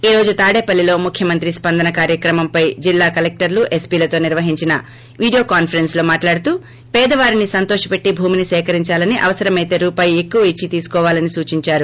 ఈ రోజు తాడేపల్లిలో ముఖ్యమంత్రి స్పందన కార్యక్రమంపై జిల్లా కలెక్టర్లు ఎస్పీలతో నిర్వహించిన వీడియో కాన్సరెన్స్ లో మాట్లాడుతూ పేదవారిని సంతోష పెట్టి భూమిని సేకరించాలని అవసరమైతే రూపాయి ఎక్కువ ఇచ్చి తీసుకోవాలని సూచించారు